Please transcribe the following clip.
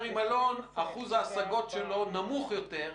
עם אלון אחוז ההשגות שלו נמוך יותר,